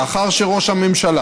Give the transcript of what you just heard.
לאחר שראש הממשלה